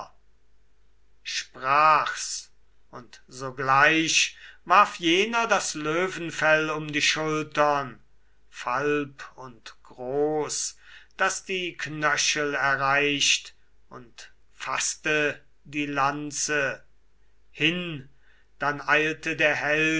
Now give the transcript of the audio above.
sprach's und sogleich warf jener das löwenfell um die schultern falb und groß das die knöchel erreicht und faßte die lanze hin dann eilte der